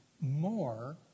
more